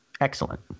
Excellent